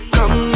Come